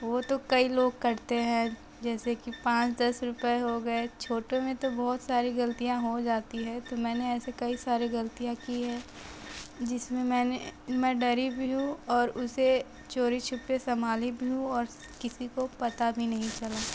वो तो कई लोग करते हैं जैसे कि पाँच दस रुपए हो गए छोटे में तो बहुत सारी गलतियाँ हो जाती है तो मैंने ऐसे कई सारे गलतियाँ की है जिसमें मैंने मैं डरी भी हूँ और उसे चोरी छुपे संभाली भी हूँ और किसी को पता भी नहीं चला